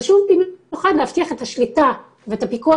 חשוב במיוחד להבטיח את השליטה ואת הפיקוח